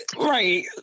right